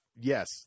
Yes